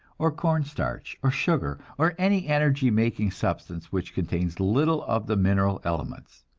or corn starch, or sugar, or any energy-making substance which contains little of the mineral elements.